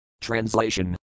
Translation